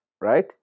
right